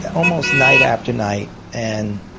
almost night after night and